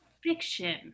Fiction